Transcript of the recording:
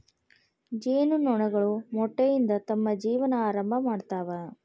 ಜೇನು ನೊಣಗಳು ಮೊಟ್ಟೆಯಿಂದ ತಮ್ಮ ಜೇವನಾ ಆರಂಭಾ ಮಾಡ್ತಾವ